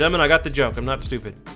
um and i got the joke, i'm not stupid